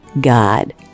God